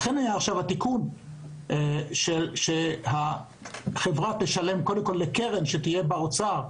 לכן היה עכשיו התיקון שהחברה תשלם לקרן שתהיה באוצר.